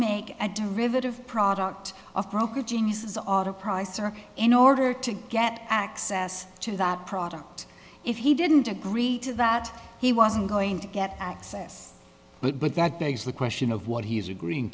make a derivative product of broker genius's author price or in order to get access to that product if he didn't agree to that he wasn't going to get access but but that begs the question of what he's agreeing